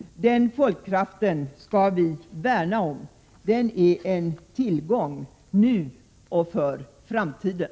Den folkkraften skall vi värna om. Den är en tillgång nu och för framtiden.